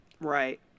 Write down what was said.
Right